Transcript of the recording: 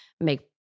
make